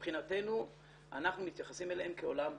מבחינתנו אנחנו מתייחסים אליהן כעולם ומלואו,